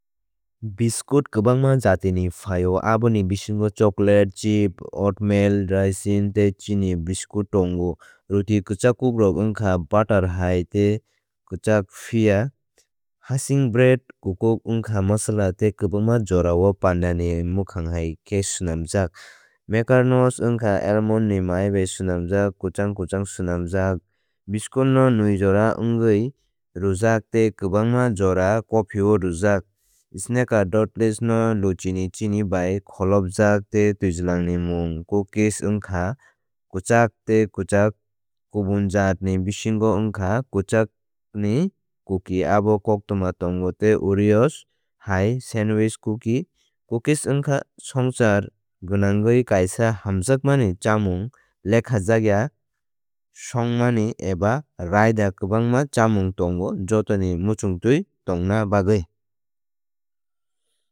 Biskut kwbangma jati ni phaio aboni bisingo choklet chip oatmeal raisin tei chini biskut tongo. Roti kwchak kukrok wngkha butter hai tei kwchak. Phiya hasingbread kukwk wngkha masala tei kwbangma jorao pandani mwkhang hai khe swnamjak. Macarons wngkha almond ni mai bai swnamjak kwchang kwchang swnam jak. Biscotti no nwi jora wngwi rwjak tei kwbangma jora coffee o rwjak. Snicker ni doodles no luchini chini bai kholobjak tei twijlang ni mwng kukis wngkha kwchak tei kwchak. Kubun jat ni bisingo wngkha kwchak ni kuki abo koktwma tongo tei oreos hai sandwich kuki. Cookies wngkha swngchar gwnangwi kaisa hamjakmani chamung lekhajakya shongmani raida tei kwbangma chamung tongo jotoni muchungtwi tongna bagwi.